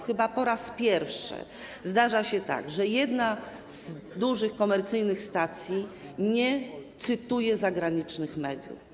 Chyba po raz pierwszy zdarza się tak, że jedna z dużych stacji komercyjnych nie cytuje zagranicznych mediów.